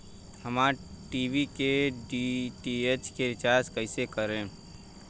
हमार टी.वी के डी.टी.एच के रीचार्ज कईसे करेम?